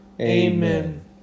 Amen